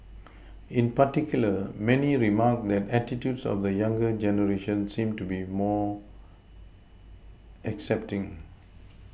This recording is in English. in particular many remarked that attitudes of the younger generation seem to be more accepting